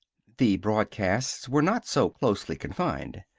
the broadcasts were not so closely confined.